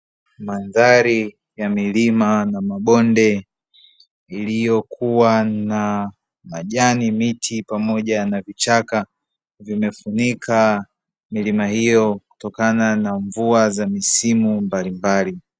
Mandhari ya milima na mabonde iliyokuwa na majani, miti pamoja na vichaka, vimefunika milima hiyo kutokana na mvua za misimu mbalimbali.